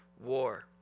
war